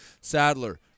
Sadler